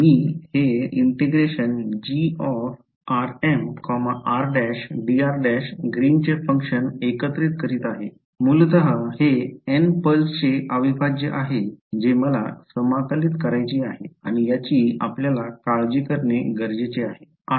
मी हे ग्रीनचे फंक्शन एकत्रित करीत आहे मूलत हे एन पल्सचे अविभाज्य आहे हे मला समाकलित करायची आहे आणि याची आपल्याला काळजी करणे गरजेचे आहे